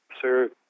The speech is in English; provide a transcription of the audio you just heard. sir